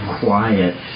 quiet